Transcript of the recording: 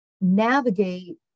navigate